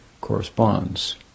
corresponds